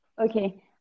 Okay